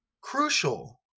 Crucial